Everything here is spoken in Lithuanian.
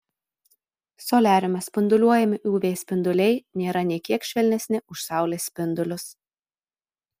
soliariume spinduliuojami uv spinduliai nėra nė kiek švelnesni už saulės spindulius